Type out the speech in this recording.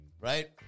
Right